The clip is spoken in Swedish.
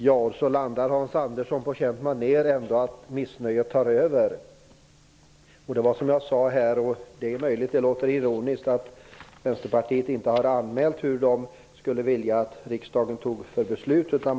Herr talman! Hans Andersson landar på känt maner, dvs. att missnöjet tar över. Det är möjligt att det lät ironiskt när jag sade att Vänsterpartiet inte har anmält vilket beslut de skulle vilja att riksdagen fattade.